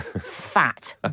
fat